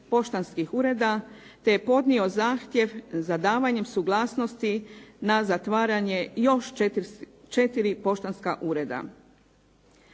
te je podnio zahtjev za davanjem suglasnosti na zatvaranjem još 4 poštanska ureda.